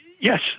Yes